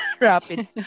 rapid